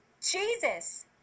Jesus